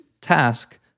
task